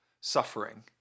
suffering